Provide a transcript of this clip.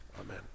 Amen